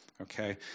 Okay